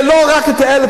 זה לא רק את ה-1,000.